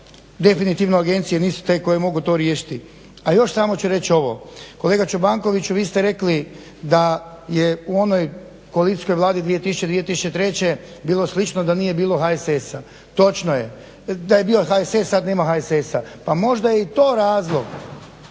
definitivno agencije nisu te koje mogu to riješiti. A još samo ću reći ovo, kolega Čobankoviću vi ste rekli da je u onoj koalicijskoj Vladi 2000.-2003. bilo slično da nije bilo HSS-a. Točno je, da je bio HSS sad nema HSS-a. Pa možda je i to razlog